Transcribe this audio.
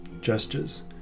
Gestures